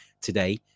today